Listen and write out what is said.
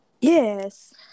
yes